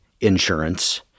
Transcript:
insurance